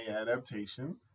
adaptation